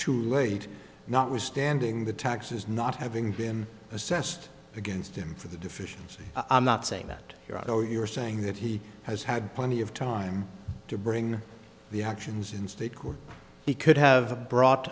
too late not was standing the taxes not having been assessed against him for the deficiency i'm not saying that here or you are saying that he has had plenty of time to bring the actions in state court he could have brought